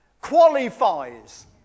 qualifies